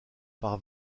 par